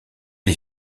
des